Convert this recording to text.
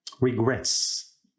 regrets